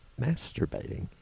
masturbating